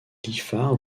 phare